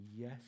yes